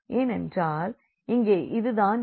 ஏனென்றால் இங்கே இது தான் A